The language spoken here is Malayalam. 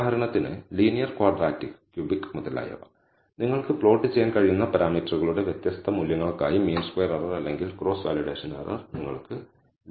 ഉദാഹരണത്തിന് ലീനിയർ ക്വാഡ്രാറ്റിക് ക്യൂബിക് മുതലായവ നിങ്ങൾക്ക് പ്ലോട്ട് ചെയ്യാൻ കഴിയുന്ന പരാമീറ്ററുകളുടെ വ്യത്യസ്ത മൂല്യങ്ങൾക്കായി മീൻ സ്ക്വയർ എറർ അല്ലെങ്കിൽ ക്രോസ് വാലിഡേഷൻ എറർ നിങ്ങൾക്ക് ലഭിക്കും